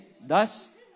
thus